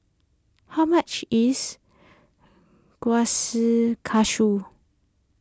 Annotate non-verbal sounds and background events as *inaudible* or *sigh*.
how much is *unintelligible*